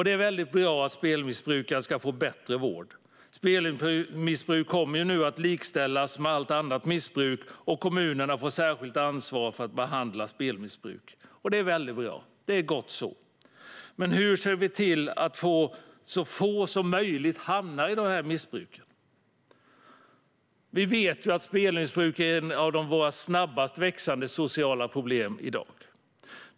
Det är väldigt bra att spelmissbrukare ska få bättre vård. Spelmissbruk kommer nu att likställas med allt annat missbruk, och kommunerna får ett särskilt ansvar för att behandla spelmissbruk. Det är väldigt bra. Det är gott så. Men hur ser vi till att så få som möjligt hamnar i missbruket? Vi vet att spelmissbruk är ett av våra snabbast växande sociala problem i dag.